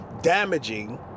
damaging